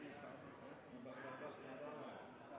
i kraft bare